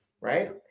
right